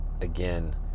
again